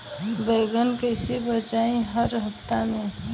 बैगन कईसे बेचाई हर हफ्ता में?